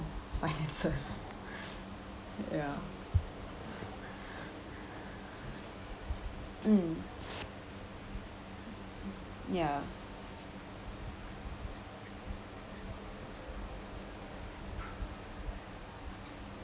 finances ya mm ya